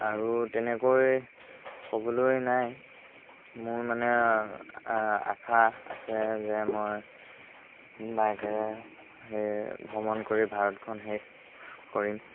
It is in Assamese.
আৰু তেনেকৈ ক'বলৈ নাই মোৰ মানে আশা আছে যে মই বাইকেৰে সেই ভ্ৰমণ কৰি ভাৰতখন শেষ কৰিম